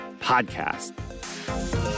podcast